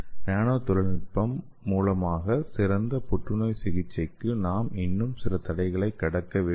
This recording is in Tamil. நேனோ தொழில்நுட்பம் மூலமான சிறந்த புற்றுநோய் சிகிச்சைக்கு நாம் இன்னும் சில தடைகளை கடக்க வேண்டியுள்ளது